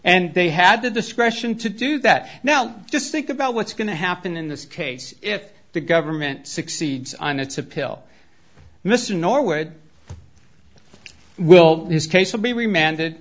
and they had the discretion to do that now just think about what's going to happen in this case if the government succeeds and it's a pill mr norwood will his case will be remanded